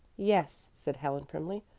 yes, said helen primly.